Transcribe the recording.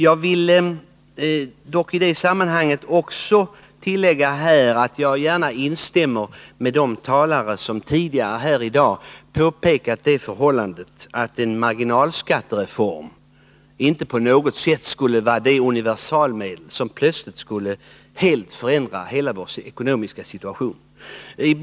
Jag vill i det sammanhanget tillägga att jag gärna instämmer med de talare som tidigare i dag pekat på det förhållandet att en marginalskattereform inte på något sätt är det universalmedel som plötsligt skulle helt förändra vår ekonomiska situation.